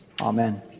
Amen